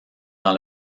dans